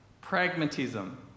Pragmatism